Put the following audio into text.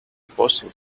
postal